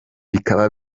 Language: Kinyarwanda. bikaba